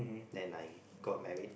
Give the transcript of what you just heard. then I got married